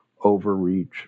overreach